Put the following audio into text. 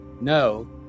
No